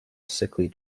sickly